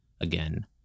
again